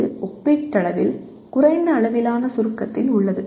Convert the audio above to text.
இது ஒப்பீட்டளவில் குறைந்த அளவிலான சுருக்கத்தில் உள்ளது